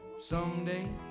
Someday